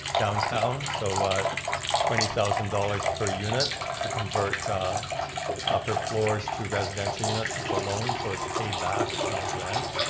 downtown, so twenty thousand dollars per unit to convert upper floors to residential units, that's a loan, so it's paid back, it's not a grant.